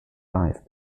live